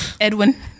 Edwin